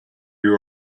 you